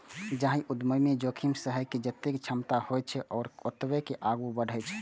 जाहि उद्यमी मे जोखिम सहै के जतेक क्षमता होइ छै, ओ ओतबे आगू बढ़ै छै